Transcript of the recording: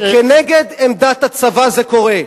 וכנגד עמדת הצבא זה קורה.